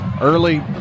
early